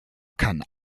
kann